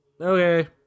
Okay